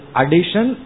addition